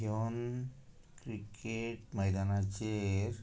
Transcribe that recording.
घेवन क्रिकेट मैदानाचेर